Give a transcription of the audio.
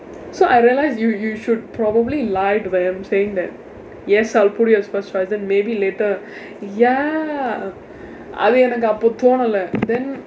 so I realize you you should probably lie to them saying that yes I will put you as first choice then maybe later ya அது எனக்கு அப்போ தோணலை:athu enakku appo thonalai then